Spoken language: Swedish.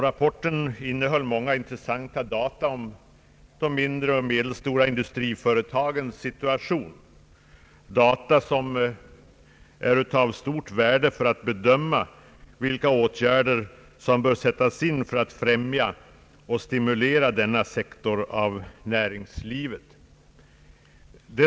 Rapporten innehöll många intressanta data om de mindre och medelstora industriföretagens situation, data som är av stort värde när det gäller att bedöma vilka åtgärder som bör sättas in för att främja och stimulera denna sektor av näringslivet.